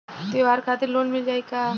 त्योहार खातिर लोन मिल जाई का?